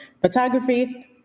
photography